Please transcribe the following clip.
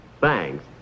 Thanks